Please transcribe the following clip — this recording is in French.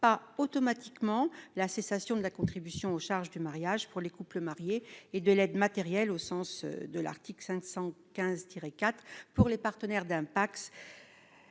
pas automatiquement la cessation de la contribution aux charges du mariage pour les couples mariés, ni celle de l'aide matérielle au sens de l'article 515-4 pour les partenaires d'un PACS,